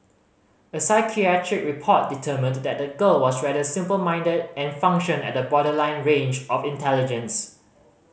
a psychiatric report determined that the girl was rather simple minded and functioned at the borderline range of intelligence